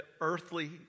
earthly